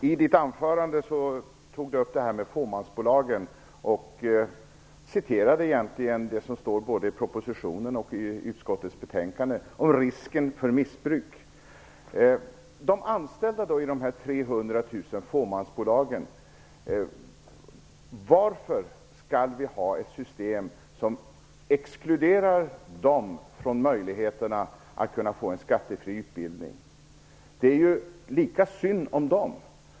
Herr talman! Ingibjörg Sigurdsdóttir tog i sitt anförande upp frågan om fåmansbolagen och citerade både propositionen och utskottets betänkande vad gäller risken för missbruk. Varför skall vi ha ett system som exkluderar de anställda i de 300 000 fåmansbolagen från möjligheterna till en skattefri utbildning? Det är ju lika synd om dem.